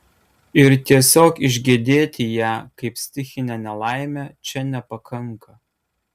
ir tiesiog išgedėti ją kaip stichinę nelaimę čia nepakanka